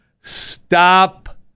stop